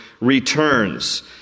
returns